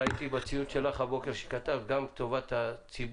ראיתי בציוץ שלך הבוקר שכתבת גם שזה לטובת הציבור,